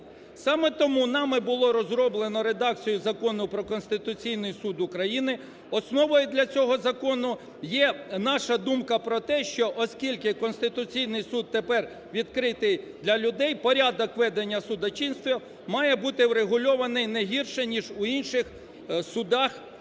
Саме тому нами було розроблено редакцію Закону про Конституційний Суд України. Основою для цього закону є наша думка про те, що, оскільки Конституційний Суд тепер відкритий для людей, порядок ведення судочинства має бути врегульований не гірше ніж у інших судах